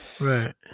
Right